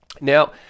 Now